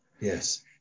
Yes